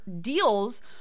deals